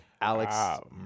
Alex